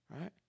Right